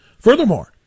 Furthermore